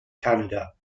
canada